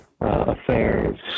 affairs